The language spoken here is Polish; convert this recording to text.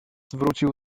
wrócił